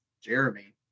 Jeremy